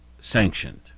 sanctioned